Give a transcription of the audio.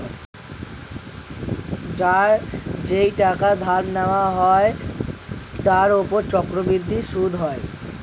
যেই টাকা ধার নেওয়া হয় তার উপর চক্রবৃদ্ধি সুদ হয়